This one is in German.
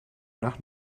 nach